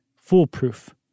Foolproof